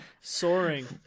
Soaring